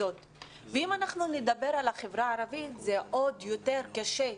אם אנחנו נדבר על החברה הערבית, זה עוד יותר קשה.